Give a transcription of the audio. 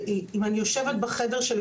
אם אני יושבת בחדר שלי,